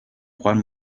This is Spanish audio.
juan